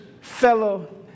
fellow